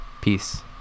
Peace